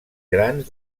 grans